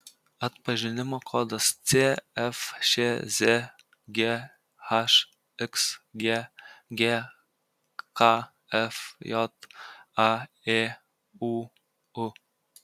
atpažinimo kodas cfšz ghxg gkfj aėūu